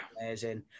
amazing